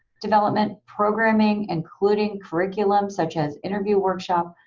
development, programming, including curriculum such as interview workshop,